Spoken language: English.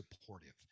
supportive